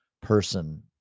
person